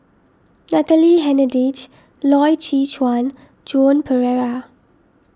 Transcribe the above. Natalie Hennedige Loy Chye Chuan Joan Pereira